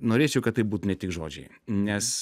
norėčiau kad tai būt ne tik žodžiai nes